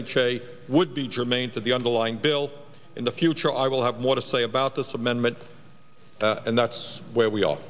h a would be germane to the underlying bill in the future i will have more to say about this amendment and that's where we a